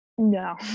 no